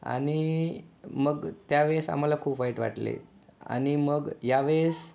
आणि मग त्या वेळेस आम्हाला खूप वाईट वाटले आणि मग या वेळेस